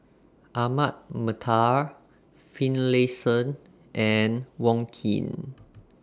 Ahmad Mattar Finlayson and Wong Keen